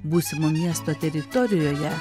būsimo miesto teritorijoje